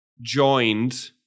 joined